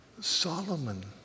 Solomon